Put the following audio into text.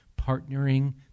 partnering